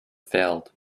failed